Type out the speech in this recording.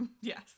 Yes